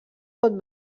pot